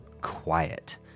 quiet